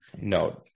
No